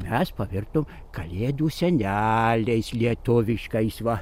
mes pavirtom kalėdų seneliais lietuviškais va